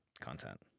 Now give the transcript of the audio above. content